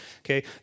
Okay